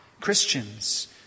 Christians